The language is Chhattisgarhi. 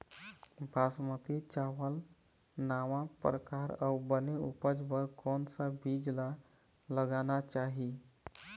बासमती चावल नावा परकार अऊ बने उपज बर कोन सा बीज ला लगाना चाही?